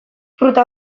fruta